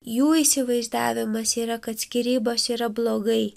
jų įsivaizdavimas yra kad skyrybos yra blogai